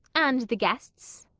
and the guests?